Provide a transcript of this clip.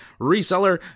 reseller